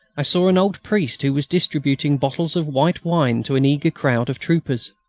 i saw an old priest who was distributing bottles of white wine to an eager crowd of troopers.